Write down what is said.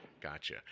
Gotcha